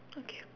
okay